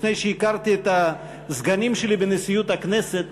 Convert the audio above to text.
לפני שהכרתי את הסגנים שלי בנשיאות הכנסת,